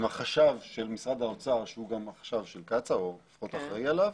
עם החשב של משרד האוצר שהוא גם החשב שלא קצא"א או לפחות אחראי עליו,